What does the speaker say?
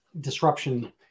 disruption